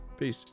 Peace